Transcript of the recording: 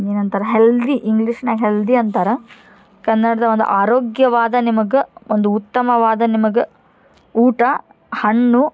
ಏನಂತಾರೆ ಹೆಲ್ದಿ ಇಂಗ್ಲೀಷ್ನಾಗ ಹೆಲ್ದಿ ಅಂತಾರೆ ಕನ್ನಡ್ದಾಗ ಒಂದು ಆರೋಗ್ಯವಾದ ನಿಮಗೆ ಒಂದು ಉತ್ತಮವಾದ ನಿಮಗೆ ಊಟ ಹಣ್ಣು